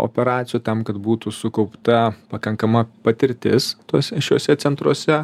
operacijų tam kad būtų sukaupta pakankama patirtis tuose šiuose centruose